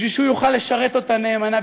בשביל שהוא יוכל לשרת אותה נאמנה,